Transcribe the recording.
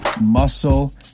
Muscle